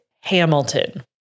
Hamilton